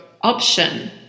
option